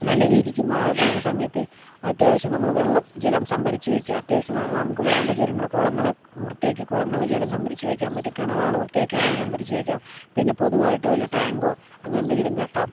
നല്ല രീതിയ്ക്ക് മഴ പെയ്യണ സമയത്ത് അത്യാവശ്യം നമ്മള് വെള്ളം ജലം സംഭരിച്ച് വയ്ക്കുക അത്യാവശ്യം നമുക്ക് വേണ്ട ജലങ്ങള് കുളങ്ങള് വൃത്തിയാക്കി കുളങ്ങള് ജലം സംഭരിച്ച് വെക്കാൻ പറ്റും കിണറുകള് വൃത്തിയാക്കി അതില് സംഭരിച്ച് വയ്ക്കാം പിന്നെ പൊതുവായിട്ട് വല്ല ടാങ്കോ അങ്ങനത്തെ എന്തെങ്കിലും കെട്ടാം